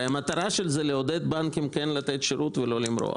הרי המטרה של זה היא לעודד בנקים כן לתת שירות ולא למרוח.